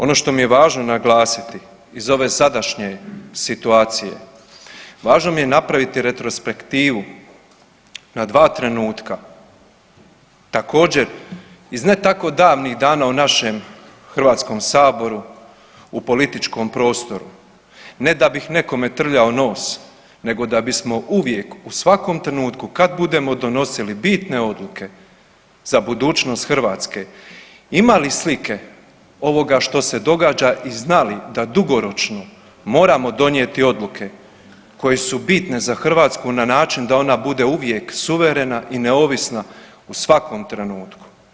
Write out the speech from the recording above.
Ono što mi je važno naglasiti iz ove sadašnje situacije, važno mi je napraviti retrospektivu na dva trenutka, također iz ne tako davnih dana u našem HS-u u političkom prostoru, ne da bih nekome trljao nos nego da bismo uvijek u svakom trenutku kad budemo donosili bitne odluke za budućnost Hrvatske imali slike ovoga što se događa i znali da dugoročno moramo donijeti odluke koje su bitne za Hrvatsku na način da ona bude uvijek suverena i neovisna u svakom trenutku.